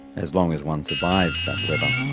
as long as one survives that weather,